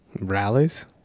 rallies